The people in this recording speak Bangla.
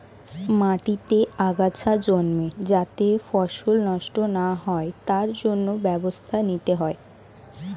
মাটিতে আগাছা জন্মে যাতে ফসল নষ্ট না হয় তার জন্য ব্যবস্থা নিতে হয়